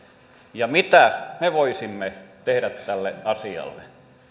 riittävästi mitä me voisimme tehdä tälle asialle